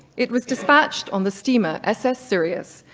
it was dispatched on the steamer s s. sirius,